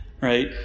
right